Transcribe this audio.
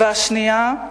והשנייה,